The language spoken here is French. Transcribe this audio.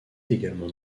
également